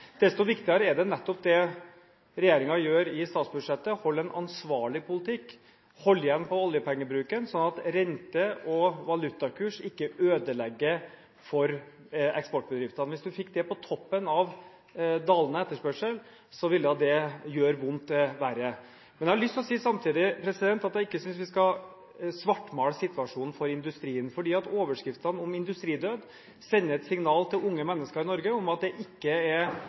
Desto viktigere er nettopp det regjeringen gjør i statsbudsjettet; føre en ansvarlig politikk og holde igjen på oljepengebruken, slik at renter og valutakurs ikke ødelegger for eksportbedriftene. Hvis du får det på toppen av dalende etterspørsel, vil det gjøre vondt verre. Jeg har samtidig lyst til å si at jeg ikke synes vi skal svartmale situasjonen for industrien. Overskriftene om industridød sender et signal til unge mennesker i Norge om at det ikke er